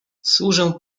służę